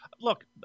Look